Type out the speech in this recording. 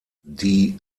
die